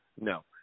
no